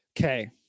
okay